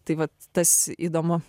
tai vat tas įdomu